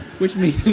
which means